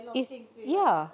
is ya